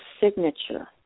signature